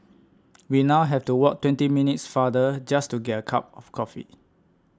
we now have to walk twenty minutes farther just to get a cup of coffee